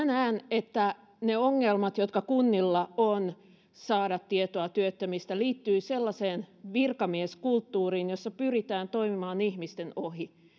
näen että ne ongelmat jotka kunnilla on saada tietoa työttömistä liittyvät sellaiseen virkamieskulttuuriin jossa pyritään toimimaan ihmisten ohi